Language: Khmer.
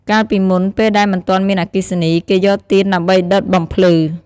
កាលពីមុន ពេលដែលមិនទាន់មានអគ្គិសនី គេយកទៀនដើម្បីដុតបំភ្លឺ។